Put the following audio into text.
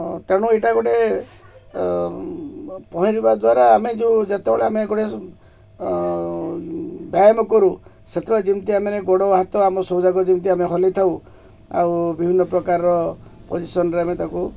ତେଣୁ ଏଇଟା ଗୋଟେ ପହଁରିବା ଦ୍ୱାରା ଆମେ ଯେଉଁ ଯେତେବେଳେ ଆମେ ଗୋଟେ ବ୍ୟାୟାମ କରୁ ସେତେବେଳେ ଯେମିତି ଆମେ ଗୋଡ଼ ହାତ ଆମ ସବୁଯାକ ଯେମିତି ଆମେ ହଲାଇ ଥାଉ ଆଉ ବିଭିନ୍ନ ପ୍ରକାରର ପୋଜିସନରେ ଆମେ ତାକୁ